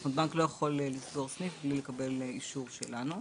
זאת אומרת בנק לא יכול לסגור סניף בלי לקבל אישור שלנו,